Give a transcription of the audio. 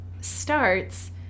starts